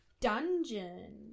dungeon